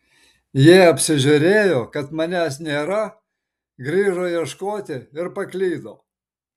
jie apsižiūrėjo kad manęs nėra grįžo ieškoti ir paklydo